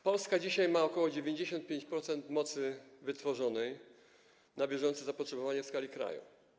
Polska dzisiaj ma ok. 95% mocy wytworzonej na bieżące zapotrzebowanie w skali kraju.